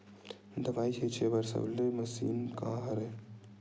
दवाई छिंचे बर सबले मशीन का हरे?